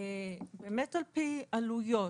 ועל פי עלויות.